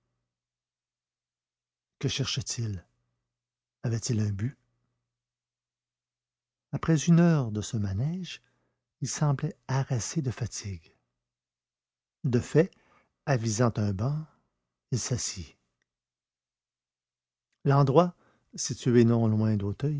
que cherchait-il avait-il un but après une heure de ce manège il semblait harassé de fatigue de fait avisant un banc il s'assit l'endroit situé non loin d'auteuil